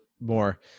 more